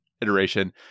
iteration